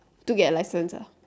to get license ah